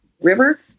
river